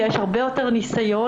יש הרבה יותר ניסיון,